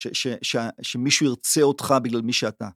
שמישהו ירצה אותך בגלל מי שאתה.